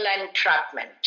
entrapment